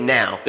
now